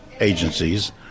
agencies